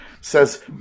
says